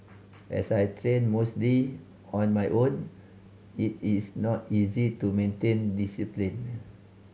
as I train mostly on my own it is not easy to maintain discipline